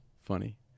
funny